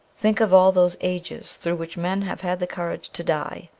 think of all those ages through which men have had the courage to die,